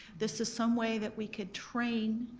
this is some way that we could train